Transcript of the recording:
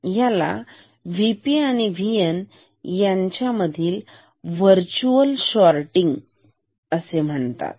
ह्याला VP आणि VN यांच्यामधील व्हर्च्युअल शॉर्टिंग असे म्हणतात